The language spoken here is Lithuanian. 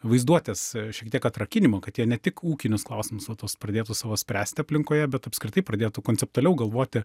vaizduotės šiek tiek atrakinimo kad jie ne tik ūkinius klausimus va tuos pradėtų savo spręsti aplinkoje bet apskritai pradėtų konceptualiau galvoti